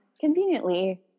conveniently